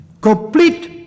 Complete